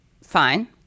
fine